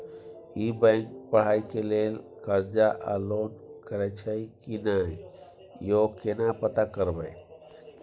ई bank पढ़ाई के लेल कर्ज आ लोन करैछई की नय, यो केना पता करबै?